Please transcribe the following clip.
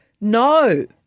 No